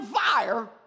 fire